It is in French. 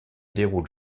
déroule